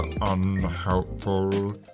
unhelpful